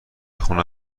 خونه